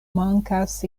mankas